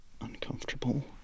uncomfortable